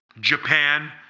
japan